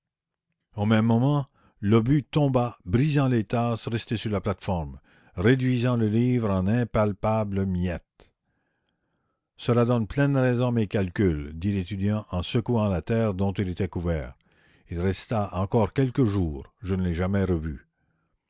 au même moment l'obus tomba brisant les tasses restées sur la plate-forme réduisant le livre en impalpables miettes cela donne pleine raison à mes calculs dit l'étudiant en secouant la terre dont il était couvert la commune il resta encore quelques jours je ne l'ai jamais revu